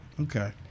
Okay